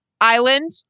island